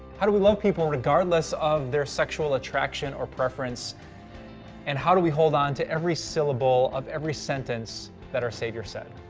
how do we love people regardless of their sexual attraction of preference and how do we hold on to every syllable of every sentence that our savior said?